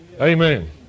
Amen